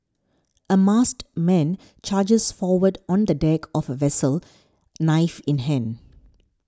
a masked man charges forward on the deck of a vessel knife in hand